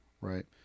right